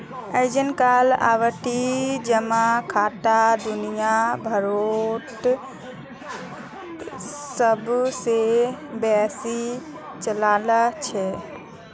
अइजकाल आवर्ती जमा खाता दुनिया भरोत सब स बेसी चलाल छेक